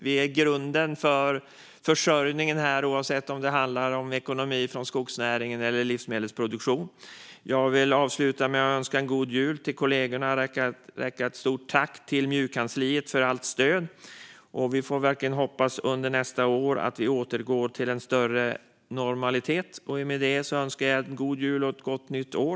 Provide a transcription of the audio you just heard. Vi är grunden för försörjningen, oavsett om det handlar om ekonomi från skogsnäringen eller livsmedelsproduktion. Jag vill avsluta med att önska god jul till kollegorna och rikta ett stort tack till MJU-kansliet för allt stöd. Vi får verkligen hoppas att vi under nästa år kan återgå till en större normalitet. Med det önskar jag en god jul och ett gott nytt år!